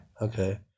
Okay